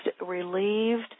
relieved